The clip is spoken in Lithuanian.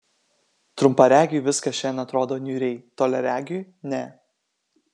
trumparegiui viskas šiandien atrodo niūriai toliaregiui ne